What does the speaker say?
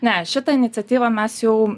ne šitą iniciatyvą mes jau